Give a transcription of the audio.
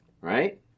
right